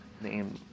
name